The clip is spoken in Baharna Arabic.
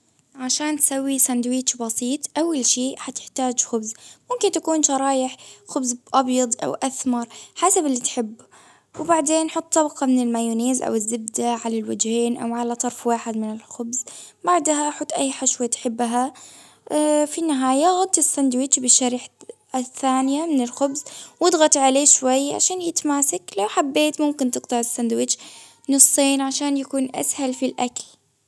عشان سوي سندوتش بسيط اول شيء حتحتاج خبز. ممكن تكون شرايح خبز ابيض او اسمر حسب اللي تحبه. وبعدين حط طبقة من المايونيز او الزبدة على الوجهين او على طف واحد من الخبز. بعدها حط اي حشوة تحبها. اه في النهاية بشرح الثانية من الخبز واضغط عليه شوي عشان يتماسك لو حبيت ممكن تختار السندوتش نصين عشان يكون اسهل في الاكل